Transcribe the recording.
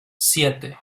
siete